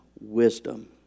wisdom